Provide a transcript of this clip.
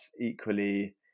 equally